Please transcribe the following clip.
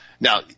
Now